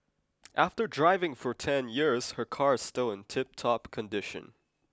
after driving for ten years her car is still in tiptop condition